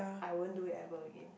I won't do it ever again